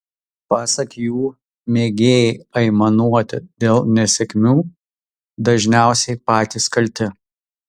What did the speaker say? pasak jų mėgėjai aimanuoti dėl nesėkmių dažniausiai patys kalti